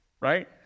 right